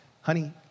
Honey